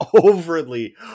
overly